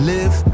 Live